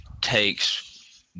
takes